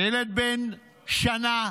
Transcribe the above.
ילד בן שנה,